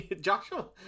Joshua